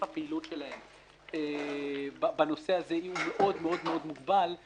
הפעילות שלהם בנושא הזה מוגבל מאוד --- אל